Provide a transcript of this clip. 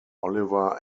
oliver